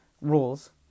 rules